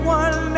one